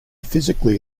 physically